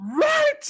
Right